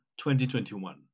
2021